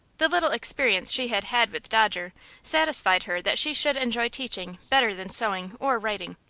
the little experience she had had with dodger satisfied her that she should enjoy teaching better than sewing or writing.